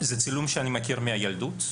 זה צילום שאני מכיר מהילדות.